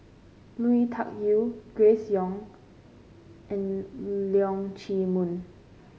Lui Tuck Yew Grace Young and Leong Chee Mun